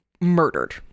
Murdered